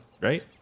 right